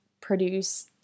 produce